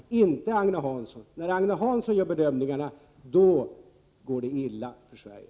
När Agne Hansson gör bedömningarna går det illa för Sverige.